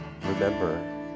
remember